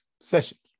sessions